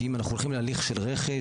כי אם אנחנו הולכים להליך של רכש,